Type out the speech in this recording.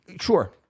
sure